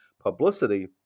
publicity